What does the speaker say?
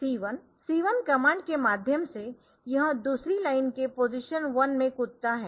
C1 C1 command के माध्यम से यह दूसरी लाइन के पोजीशन 1 में कूदता है